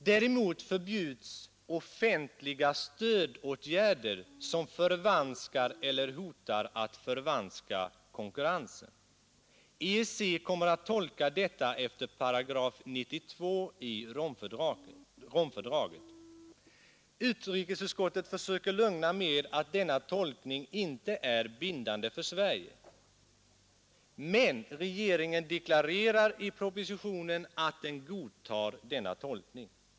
Däremot förbjuds ”offentliga stödåtgärder som förvanskar eller hotar att förvanska konkurrensen”. EEC kommer att tolka detta efter § 92 i Romfördraget. Utrikesutskottet försöker lugna med att denna tolkning inte är bindande för Sverige. Men regeringen deklarerar i propositionen att den godtar denna tolkning.